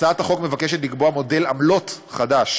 הצעת החוק מבקשת לקבוע מודל עמלות חדש